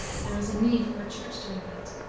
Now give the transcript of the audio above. there is need for a church to be built,